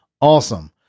Awesome